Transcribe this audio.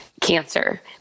cancer